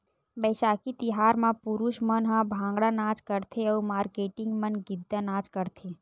बइसाखी तिहार म पुरूस मन ह भांगड़ा नाच करथे अउ मारकेटिंग मन गिद्दा नाच करथे